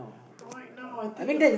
right now I think